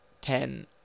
ten